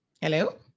Hello